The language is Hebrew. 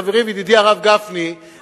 חברי וידידי הרב גפני,